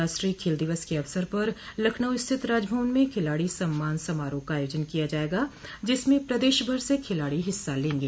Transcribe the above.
राष्ट्रीय खेल दिवस के अवसर पर लखनऊ स्थित राजभवन में खिलाड़ी सम्मान समारोह का आयोजन किया जायेगा जिसमें प्रदेश भर से खिलाड़ी हिस्सा लेंगे